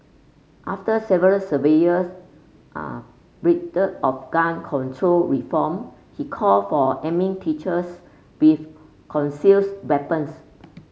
after several survivors pleaded of gun control reform he called for arming teachers with conceals weapons